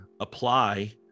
apply